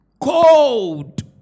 cold